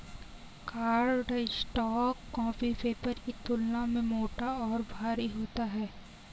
cardstock copy paper की तुलना में मोटा और भारी होता है